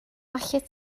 allet